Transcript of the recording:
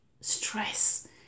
stress